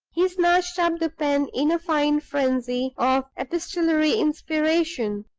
he snatched up the pen in a fine frenzy of epistolary inspiration.